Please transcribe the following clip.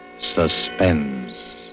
suspense